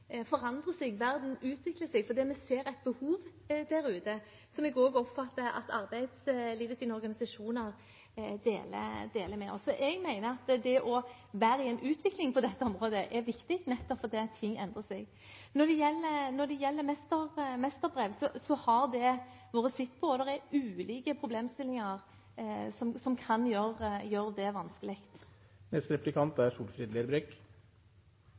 utvikler seg, fordi vi ser et behov der ute, et syn jeg også oppfatter at arbeidslivets organisasjoner deler. Så jeg mener at det å være i en utvikling på dette området er viktig, nettopp fordi ting endrer seg. Når det gjelder mesterbrev, har det vært sett på, og det er ulike problemstillinger som kan gjøre det vanskelig. Til oppfølging av førre replikant